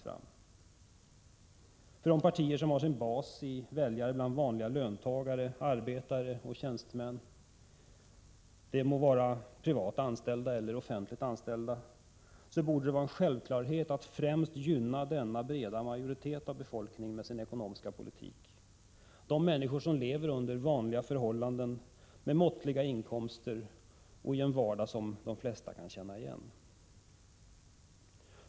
För de partier som har sin bas i väljare bland vanliga löntagare, arbetare och tjänstemän — de må vara privat eller offentligt anställda — borde det vara en självklarhet att med sin ekonomiska politik främst gynna den breda majoritet av befolkningen som lever under vanliga förhållanden, med ganska måttliga inkomster och i en vardag som de flesta kan känna igen.